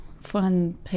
fun